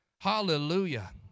Hallelujah